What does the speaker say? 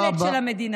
ילד של המדינה.